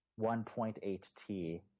1.8T